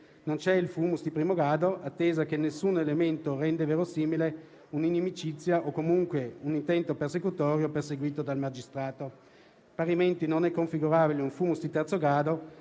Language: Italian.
Non c'è il *fumus* di primo grado, atteso che nessun elemento rende verosimile un'inimicizia o, comunque, un intento persecutorio perseguito dal magistrato. Parimenti non è configurabile un *fumus* di terzo grado